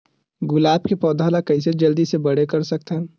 गुलाब के पौधा ल कइसे जल्दी से बड़े कर सकथन?